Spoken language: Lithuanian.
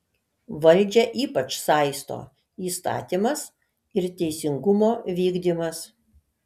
valdžią ypač saisto įstatymas ir teisingumo vykdymas